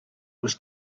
was